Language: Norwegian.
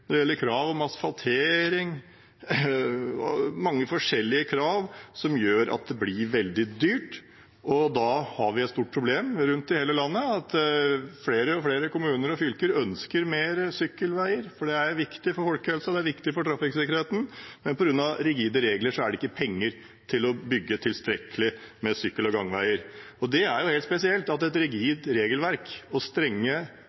mange forskjellige krav som gjør at det blir veldig dyrt. Da har vi et stort problem rundt omkring i hele landet: Flere og flere kommuner og fylker ønsker mer sykkelvei, for det er viktig for folkehelsen og trafikksikkerheten, men på grunn av rigide regler er det ikke penger til å bygge tilstrekkelig med sykkel- og gangveier. Det er spesielt at et rigid regelverk og strenge